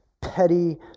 petty